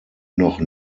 noch